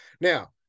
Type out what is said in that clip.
now